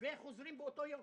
וחוזרים באותו יום.